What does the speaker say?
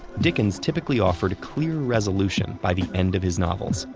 dickens typically offered clear resolution by the end of his novels,